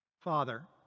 Father